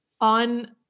On